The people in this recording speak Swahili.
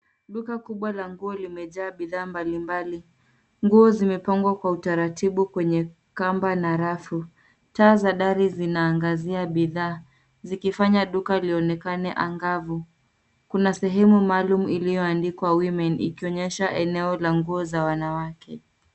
Duka kubwa la nguo limejaa bidhaa mbalimbali. Nguo zimepangwa kwa utaratibu kwenye kamba na rafu. Taa za dari znaangazia bidhaa, zikifanya duka lionekane angavu. Kuna sehemu maalum ilivyoandikwa (cs)women(cs) ikionyesha eneo la nguo za wanawake.